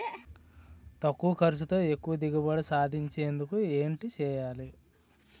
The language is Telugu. తక్కువ ఖర్చుతో ఎక్కువ దిగుబడి సాధించేందుకు ఏంటి చేయాలి?